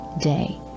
day